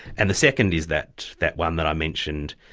and the second is that that one that i mentioned,